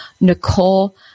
Nicole